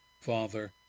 Father